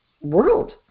world